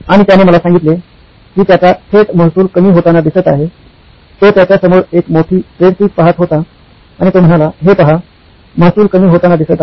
आणि त्याने मला सांगितले कि त्याचा थेट महसूल कमी होताना दिसत आहेतो त्याच्या समोर एक मोठी स्प्रेडशीट पहात होता आणि तो म्हणाला हे पहा महसूल कमी होताना दिसत आहे